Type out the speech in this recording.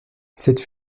cette